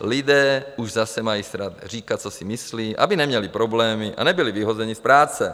Lidé už zase mají strach říkat, co si myslí, aby neměli problémy a nebyli vyhozeni z práce.